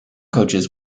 coaches